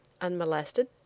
Unmolested